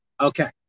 Okay